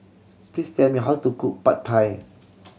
please tell me how to cook Pad Thai